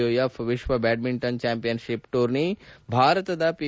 B W F ವಿಶ್ವ badminton championship tourney ಭಾರತದ P